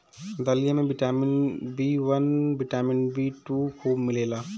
दलिया में vitamin B one, vitamin B two खूब मिलेला